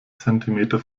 zentimeter